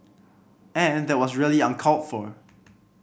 and that was really uncalled for